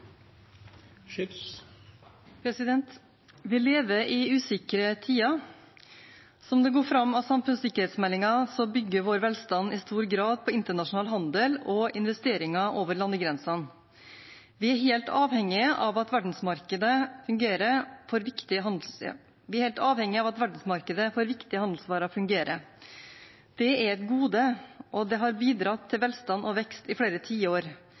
svakhet. Vi lever i usikre tider. Som det går fram av samfunnssikkerhetsmeldingen, bygger vår velstand i stor grad på internasjonal handel og investeringer over landegrensene. Vi er helt avhengige av at verdensmarkedet fungerer for viktige handelssystem. Vi er helt avhengige av at verdensmarkedet for viktige handelsvarer fungerer. Det er et gode, og det har bidratt til velstand og vekst i flere tiår,